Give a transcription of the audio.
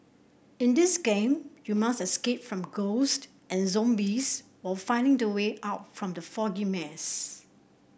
in this game you must escape from ghost and zombies while finding the way out from the foggy maze